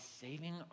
saving